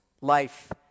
life